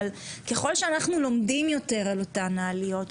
אבל ככל שאנחנו לומדים יותר על אותן עליות,